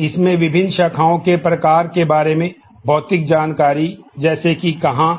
इसमें विभिन्न शाखाओं के बारे में भौतिक जानकारी जैसे कि कहां